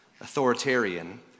authoritarian